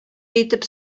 итеп